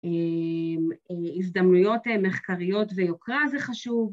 הזדמנויות הן מחקריות ויוקרה זה חשוב.